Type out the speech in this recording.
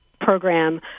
program